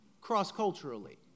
cross-culturally